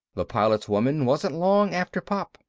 the pilot's woman wasn't long after pop.